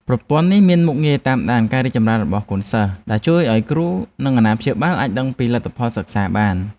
ប្រព័ន្ធនេះមានមុខងារតាមដានការរីកចម្រើនរបស់សិស្សដែលជួយឱ្យគ្រូ និងអាណាព្យាបាលអាចដឹងពីលទ្ធផលសិក្សាបាន។